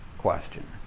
question